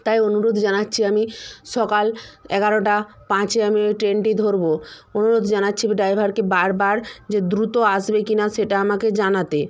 তাই অনুরোধ জানাচ্ছি আমি সকাল এগারোটা পাঁচে আমি ওই ট্রেনটি ধরব অনুরোধ জানাচ্ছি ড্রাইভারকে বারবার যে দ্রুত আসবে কি না সেটা আমাকে জানাতে